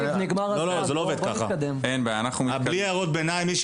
כשאנחנו מסתכלים על ההכנות האולימפיות,